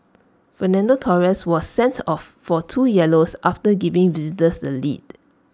Fernando Torres was sent off for two yellows after giving visitors the lead